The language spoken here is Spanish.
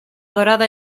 dorada